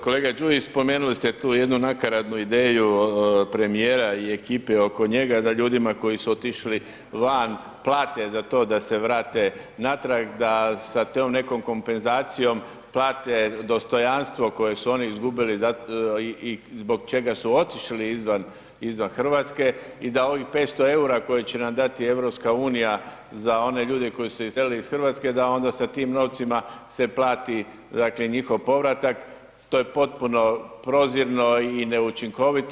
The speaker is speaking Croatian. Kolega Đujić, spomenuli ste tu jednu nakaradnu ideju premijera i ekipe oko njega da ljudima koji su otišli van plate za to da se vrate natrag, da sa tom nekom kompenzacijom plate dostojanstvo koje su oni izgubili i zbog čega su otišli izvan, izvan RH i da ovih 500,00 EUR-a koje će nam dati EU za one ljude koji su iselili iz RH da onda sa tim novcima se plati, dakle njihov povratak, to je potpuno prozirno i neučinkovito.